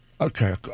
Okay